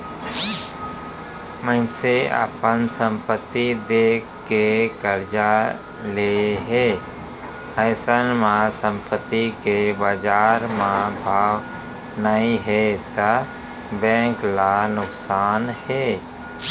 मनसे अपन संपत्ति देखा के करजा ले हे अइसन म संपत्ति के बजार म भाव नइ हे त बेंक ल नुकसानी हे